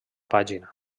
pàgina